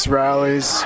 rallies